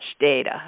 data